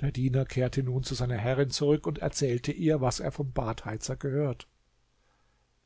der diener kehrte nun zu seiner herrin zurück und erzählte ihr was er vom badheizer gehört